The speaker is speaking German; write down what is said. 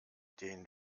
den